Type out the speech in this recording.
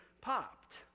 popped